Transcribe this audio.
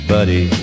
Buddy